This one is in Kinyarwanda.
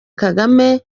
kagame